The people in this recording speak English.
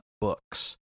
books